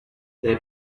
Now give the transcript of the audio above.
they